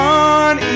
on